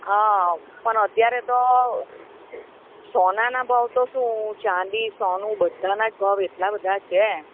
હં પણ અત્યારે તો સોનાના ભાવ તો શું ચાંદી સોનુ બધાના જ ભાવ એટલા બધાં છે